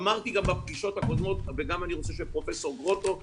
אמרתי גם בפגישות הקודמות וגם אני רוצה שפרופ' גרוטו ישמע.